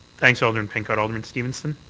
thanks alderman pincott, alderman stevenson.